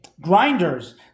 grinders